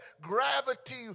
gravity